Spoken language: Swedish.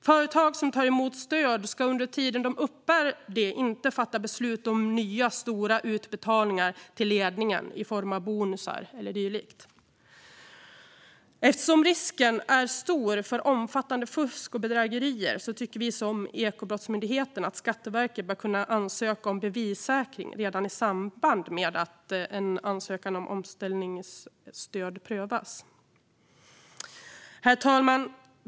Företag som tar emot stöd ska under tiden de uppbär det inte fatta beslut om nya stora utbetalningar till ledningen i form av bonusar eller dylikt. Eftersom risken är stor för omfattande fusk och bedrägerier tycker vi som Ekobrottsmyndigheten att Skatteverket bör kunna ansöka om bevissäkring redan i samband med att en ansökan om omställningsstöd prövas. Herr talman!